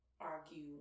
argue